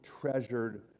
treasured